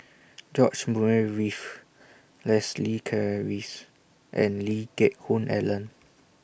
George Murray Reith Leslie Charteris and Lee Geck Hoon Ellen